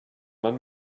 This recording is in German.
man